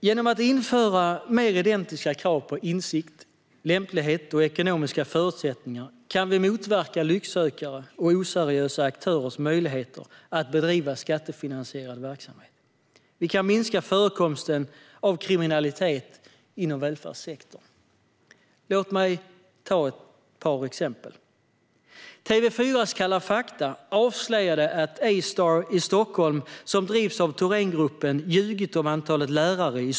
Genom att införa mer identiska krav på insikt, lämplighet och ekonomiska förutsättningar kan vi motverka lycksökare och oseriösa aktörers möjligheter att bedriva skattefinansierad verksamhet. Vi kan minska förekomsten av kriminalitet inom välfärdssektorn. Låt mig ta ett par exempel.